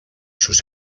sus